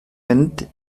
mynd